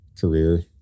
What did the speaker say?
career